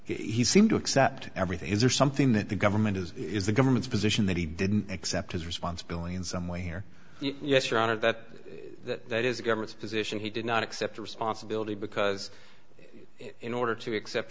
he seemed to accept everything is there something that the government is is the government's position that he didn't accept his responsibility in some way here yes your honor that that is the government's position he did not accept responsibility because in order to accept